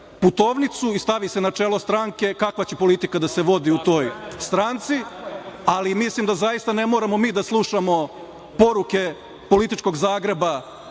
putovnicu i stavi se na čelo stranke kakva će politika da se vodi u toj stranci, ali mislim da zaista ne moramo mi da slušamo poruke političkog Zagreba